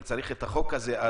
אם צריך את החוק הזה,